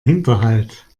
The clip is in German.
hinterhalt